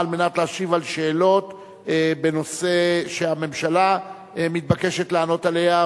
להשיב על שאלות בנושא שהממשלה מתבקשת לענות עליו,